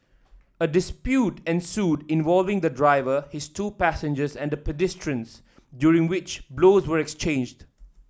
a dispute ensued involving the driver his two passengers and the pedestrians during which blows were exchanged